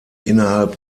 innerhalb